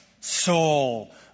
soul